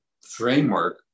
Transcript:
framework